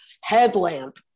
headlamp